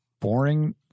boring